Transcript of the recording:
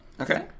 Okay